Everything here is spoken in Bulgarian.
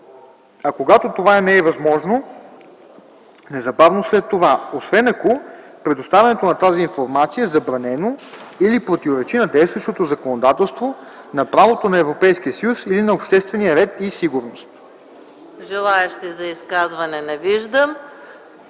а когато това не е възможно - незабавно след това, овен ако предоставянето на тази информация е забранено или противоречи на действащото законодателство, на правото на Европейския съюз или на обществения ред и сигурност.” ПРЕДСЕДАТЕЛ ЕКАТЕРИНА